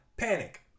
Panic